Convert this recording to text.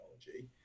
technology